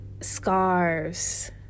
scarves